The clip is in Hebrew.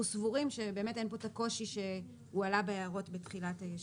סבורים שבאמת אין כאן את הקושי שהועלה בהערות בתחילת הישיבה.